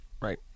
Right